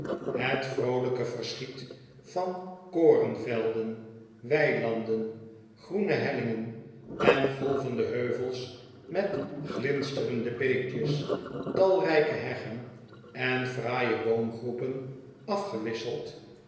het vroolijke verschiet van korenvelden weilanden groene hellingen en golvende heuvels r met glinsterende beekjes talrijke heggen en fraaie boomgroepen afgewisseld